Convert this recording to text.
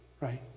right